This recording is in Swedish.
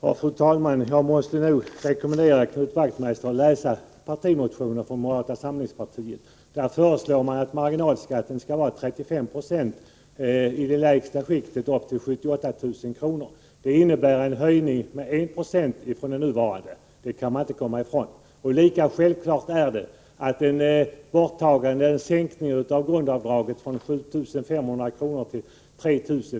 Fru talman! Jag måste nog rekommendera Knut Wachtmeister att läsa partimotionen från moderata samlingspartiet. Där föreslås att marginalskatten skall vara 35 96 i det lägsta skiktet, upp till 78 000 kr. Det innebär en höjning med 1796 i jämförelse med vad som nu gäller. Det kan man inte komma ifrån. Lika självklart är det att en sänkning av grundavdraget från 7 500 kr. till 3 000 kr.